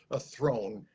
a thrown.